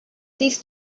these